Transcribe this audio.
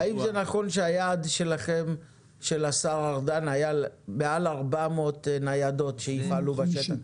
--- האם זה נכון שהיעד של השר ארדן היה מעל 400 ניידות שיפעלו בשטח?